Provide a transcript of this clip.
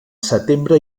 setembre